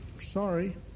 Sorry